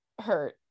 hurt